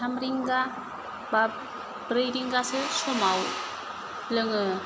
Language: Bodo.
थाम रिंगा बा ब्रै रिंगासो समाव लोङो